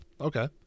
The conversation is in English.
okay